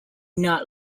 not